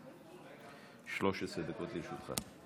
13 דקות לרשותך.